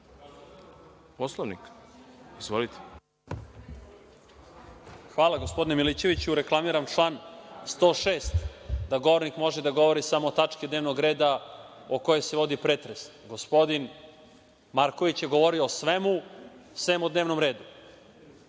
Milojičić** Hvala, gospodine Milićeviću. Reklamiram član 106, da govornik može da govori samo o tački dnevnog reda o kojoj se vodi pretres. Gospodin Marković je govorio o svemu, sem o dnevnom redu.